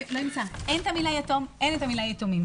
אין המילה יתום או יתומים.